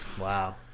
Wow